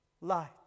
light